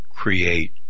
Create